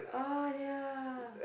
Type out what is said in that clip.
oh they are